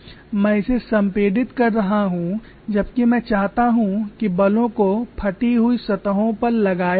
मैं इसे संपीड़ित कर रहा हूं जबकि मैं चाहता हूं कि बलों को फटी हुई सतहों पर लगाया जाए